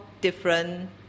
different